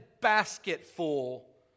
basketful